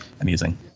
amusing